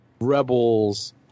Rebels